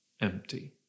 empty